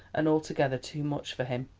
and altogether too much for him.